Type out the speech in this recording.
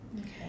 Okay